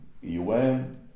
UN